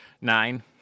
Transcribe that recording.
Nine